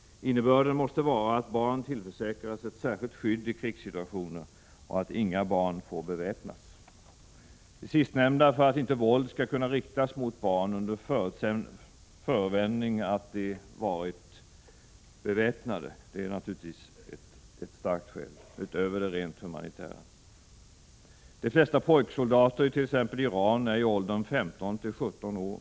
Innebörden måste vara att barn tillförsäkras ett särskilt skydd i krigssituationer och att inga barn får beväpnas. Det sistnämnda för att inte våld skall kunna riktas mot barn under förevändning att de varit beväpnade. Det är naturligtvis ett starkt skäl, utöver de rent humanitära. De flesta pojksoldater it.ex. Iran är i åldern 15 till 17 år.